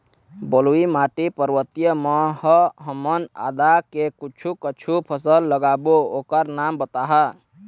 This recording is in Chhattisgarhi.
बलुई माटी पर्वतीय म ह हमन आदा के कुछू कछु फसल लगाबो ओकर नाम बताहा?